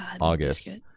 August